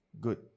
good